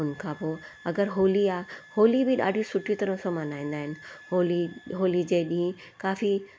हुनखां पोइ अगरि होली आहे होली बि ॾाढी सुठी तरह सां मल्हाईंदा आहिनि होली होली जे ॾींहुं काफ़ी